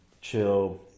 chill